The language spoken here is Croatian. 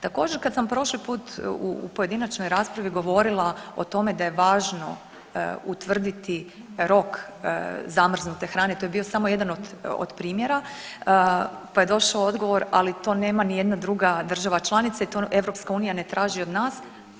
Također kad sam prošli put u pojedinačnoj raspravi govorila o tome da je važno utvrditi rok zamrznute hrane, to je bio samo jedan od primjera, pa je došao odgovor ali to nema ni jedna druga država članica i to EU ne traži od nas.